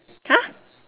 !huh!